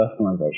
personalization